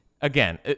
again